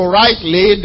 rightly